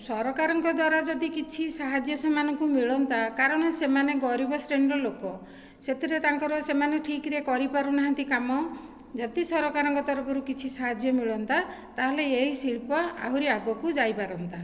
ସରକାରଙ୍କ ଦ୍ୱାରା ଯଦି କିଛି ସାହାଯ୍ୟ ସେମାନଙ୍କୁ ମିଳନ୍ତା କାରଣ ସେମାନେ ଗରିବ ଶ୍ରେଣୀର ଲୋକ ସେଥିରେ ତାଙ୍କର ସେମାନେ ଠିକ୍ରେ କରିପାରୁନାହାନ୍ତି କାମ ଯଦି ସରକାରଙ୍କ ତରଫରୁ କିଛି ସାହାଯ୍ୟ ମିଳନ୍ତା ତାହେଲେ ଏହି ଶିଳ୍ପ ଆହୁରି ଆଗକୁ ଯାଇପାରନ୍ତା